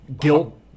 guilt